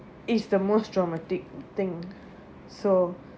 it's the most dramatic thing so